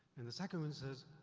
and the second one says,